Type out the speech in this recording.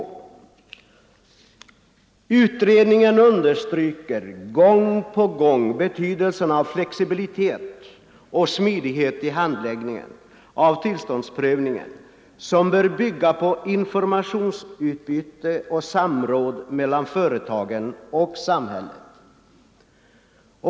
Utredningen understryker gång på gång betydelsen av flexibilitet och smidighet i handläggningen av tillståndsprövningen, som bör bygga på informationsutbyte och samråd mellan företagen och samhället.